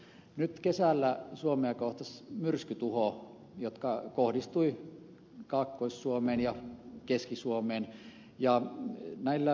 nyt kesällä suomea kohtasivat myrskytuhot jotka kohdistuivat kaakkois suomeen ja keski suomeen